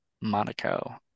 Monaco